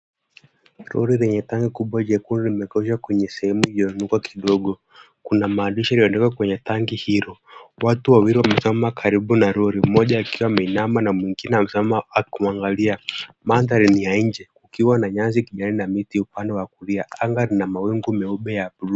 Lori yenye tangi kubwa nyekundu limekolea kwenye sehemu lililoinuka kidogo , kuna maandishi yaliyo andikwa kwenye tangi hilo. Watu wawili wamesimama karibu na akiwa ameinama mwingine amesimama akiangalia mandhari ni ya nje, ikiwa na nyasi kijani na miti upande wa kulia, anga lina mawingu meupe .